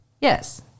yes